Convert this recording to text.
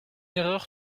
erreur